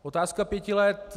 Otázka pěti let.